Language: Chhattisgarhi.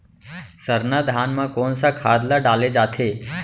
सरना धान म कोन सा खाद ला डाले जाथे?